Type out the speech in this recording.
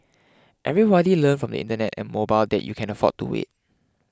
everybody learned from the Internet and mobile that you can't afford to wait